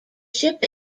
ship